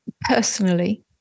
Personally